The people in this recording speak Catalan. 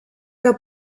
que